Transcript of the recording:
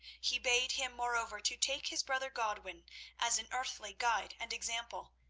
he bade him, moreover, to take his brother godwin as an earthly guide and example,